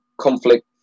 conflict